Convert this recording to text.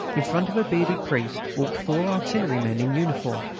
in front of a bearded priest walked four artillerymen in uniform.